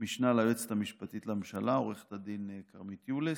המשנה ליועצת המשפטית לממשלה, עו"ד כרמית יוליס.